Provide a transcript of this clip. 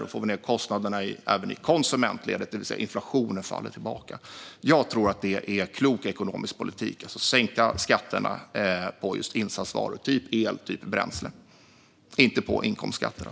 Då får vi även ned kostnaderna i konsumentledet, och inflationen faller tillbaka. Jag tror att det är klok ekonomisk politik att sänka skatterna på insatsvaror, typ el och bränsle, och inte inkomstskatterna.